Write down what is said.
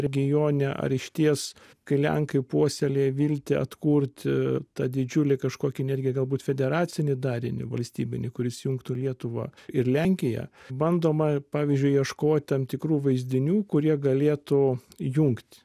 regione ar išties kai lenkai puoselėja viltį atkurti tą didžiulį kažkokį netgi galbūt federacinį darinį valstybinį kuris jungtų lietuvą ir lenkiją bandoma pavyzdžiui ieškot tam tikrų vaizdinių kurie galėtų jungt